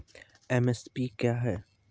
MSP क्या है?